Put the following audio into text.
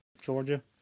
Georgia